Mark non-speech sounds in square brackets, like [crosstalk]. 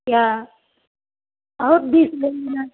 [unintelligible] और बीस ले लेना